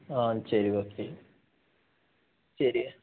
ஆ சரி ஓகே சரி